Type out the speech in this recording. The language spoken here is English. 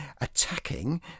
attacking